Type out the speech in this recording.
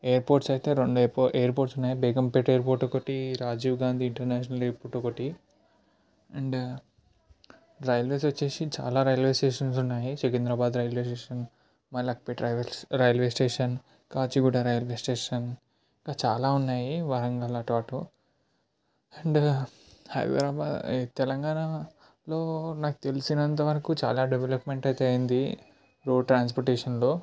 airports అయితే రెండు airports ఉన్నాయి బేగంపేట ఎయిర్పోర్ట్ ఒకటి రాజీవ్ గాంధీ ఇంటర్నేషనల్ ఎయిర్పోర్ట్ ఒకటి అండ్ రైల్వేస్ వచ్చేసి చాలా రైల్వే స్టేషన్స్ ఉన్నాయి Secunderabad railway station Malakpet railway railway station Kacheguda railway station ఇంకా చాలా ఉన్నాయి వరంగల్ అటు అటు అండ్ హైదరాబాద్ తెలంగాణలో నాకు తెలిసినంతవరకు చాలా డెవలప్మెంట్ అయితే అయింది రోడ్ ట్రాన్స్పోర్టేషన్లో